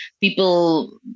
people